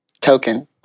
token